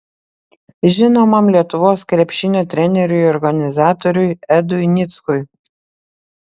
žinomam lietuvos krepšinio treneriui ir organizatoriui edui nickui